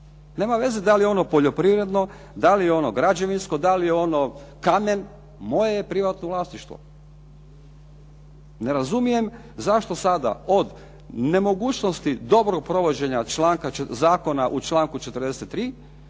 Nema veze da li je ono poljoprivredno, da li je ono građevinsko, da li je ono kamen. Moje je privatno vlasništvo. Ne razumijem zašto sada od nemogućnosti dobrog provođenja zakona u članku 43.